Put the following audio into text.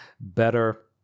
better